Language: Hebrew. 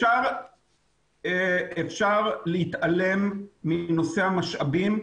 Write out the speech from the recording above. אפשר להתעלם מנושא המשאבים,